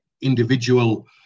individual